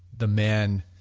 the man,